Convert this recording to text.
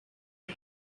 you